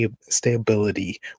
stability